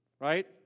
Right